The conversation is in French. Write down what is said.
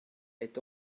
est